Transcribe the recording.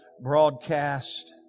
broadcast